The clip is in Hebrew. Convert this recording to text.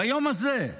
ביום הזה,